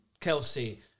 Kelsey